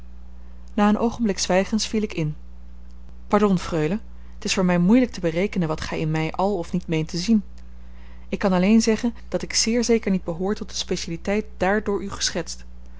na een oogenblik zwijgens viel ik in pardon freule t is voor mij moeilijk te berekenen wat gij in mij àl of niet meent te zien ik kan alleen zeggen dat ik zeer zeker niet behoor tot de specialiteit dààr door u geschetst